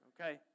Okay